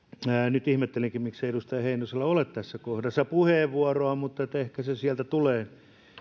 nyt ihmettelenkin miksei edustaja heinosella ole tässä kohdassa puheenvuoroa mutta ehkä se sieltä tulee